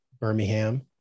Birmingham